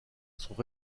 sont